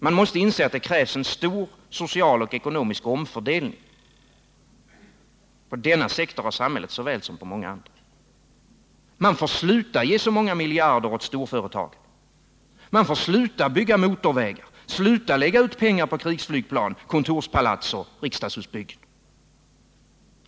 Man måste inse att det krävs en stor social och ekonomisk omfördelning på denna sektor av samhället såväl som på många andra. Man får sluta att ge så många miljarder åt storföretagen. Man får sluta att bygga motorvägar, sluta att lägga ut pengar på krigsflygplan, kontorspalats och riksdagshusbyggen.